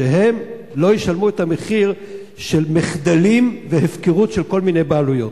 שהם לא ישלמו את המחיר של מחדלים והפקרות של כל מיני בעלויות.